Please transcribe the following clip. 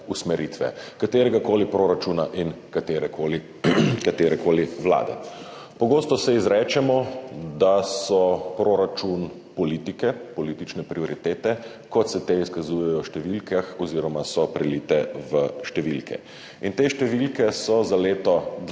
usmeritve kateregakoli proračuna in katerekoli vlade. Pogosto se izrečemo, da so proračun politike, politične prioritete, kot se te izkazujejo v številkah oziroma so prelite v številke. Te številke so: za leto 2023